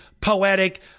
poetic